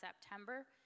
September